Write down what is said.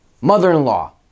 mother-in-law